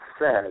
says